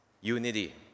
unity